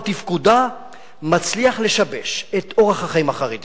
או תפקודה מצליח לשבש את אורח החיים החרדי,